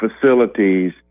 facilities